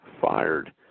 fired